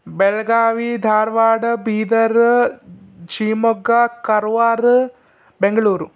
Belagavi Dharwad Bidar Shivamogga Karwar Bengaluru